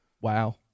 Wow